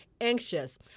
anxious